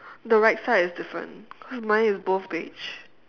the right side is different cause mine is both beige